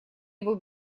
его